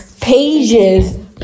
pages